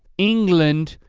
england,